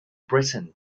britain